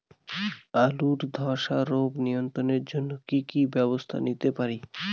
আলুর ধ্বসা রোগ নিয়ন্ত্রণের জন্য কি কি ব্যবস্থা নিতে পারি?